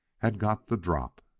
had got the drop.